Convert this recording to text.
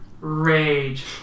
rage